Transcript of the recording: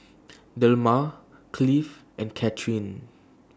Delmar Cliff and Cathryn